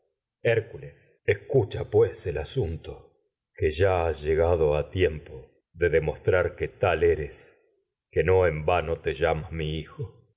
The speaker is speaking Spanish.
hércules escucha pues el que asunto que ya lias en llegado vano a tiempo de demostrar mi tal eres que no por te llamas hijo